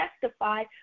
testify